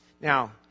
Now